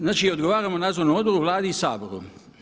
Znači odgovaramo nadzornom odboru, Vladi i Saboru.